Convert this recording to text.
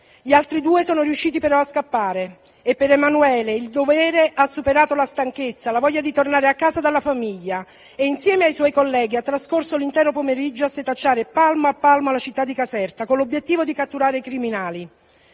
Gli altri due sono riusciti però a scappare e per Emanuele il dovere ha superato la stanchezza, la voglia di tornare a casa dalla famiglia e insieme ai suoi colleghi ha trascorso l'intero pomeriggio a setacciare palmo a palmo la città di Caserta con l'obiettivo di catturare i criminali.